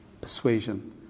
persuasion